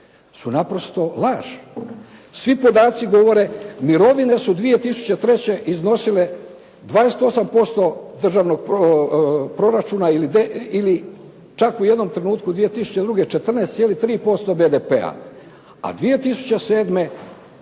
su naprosto laž. Svi podaci govore mirovine su 2003. iznosile 28% državnog proračuna ili čak u jednom trenutku 2002. 14,3% BDP-a, a 2007.